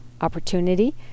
opportunity